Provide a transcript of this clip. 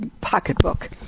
pocketbook